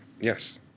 Yes